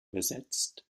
besetzt